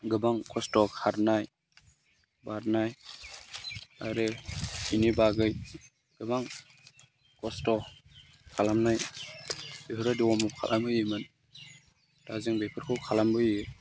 गोबां खस्त' खारनाय बारनाय आरो बेनि बागै गोबां कस्त' खालामनाय बेफोरबायदि वार्मआप खालामहोयोमोन दा जों बेफोरखौ खालामबोयो